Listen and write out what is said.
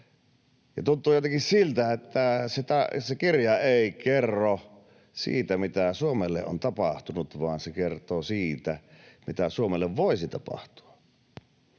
Ja tuntuu jotenkin siltä, että se kirja ei kerro siitä, mitä Suomelle on tapahtunut, vaan se kertoo siitä, mitä Suomelle voisi tapahtua.